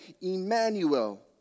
Emmanuel